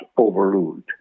overruled